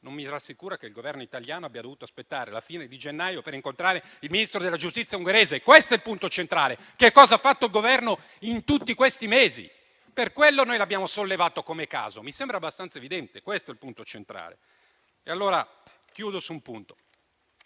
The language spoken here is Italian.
non mi rassicura che il Governo italiano abbia dovuto aspettare la fine di gennaio per incontrare il Ministro della giustizia ungherese. Questo è il punto centrale. Cosa ha fatto il Governo in tutti questi mesi? Per questo motivo abbiamo sollevato un caso. Mi sembra abbastanza evidente che questo è il punto centrale. Chiudo su un punto,